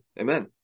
Amen